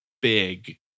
big